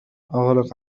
أغلق